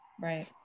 Right